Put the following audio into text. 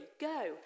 go